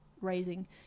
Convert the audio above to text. raising